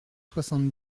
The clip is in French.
soixante